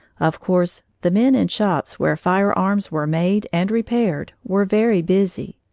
of course, the men in shops where firearms were made and repaired were very busy.